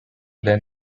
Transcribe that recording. were